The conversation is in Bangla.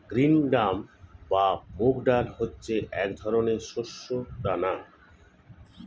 গ্রিন গ্রাম বা মুগ ডাল হচ্ছে এক ধরনের শস্য দানা